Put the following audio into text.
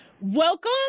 welcome